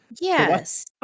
Yes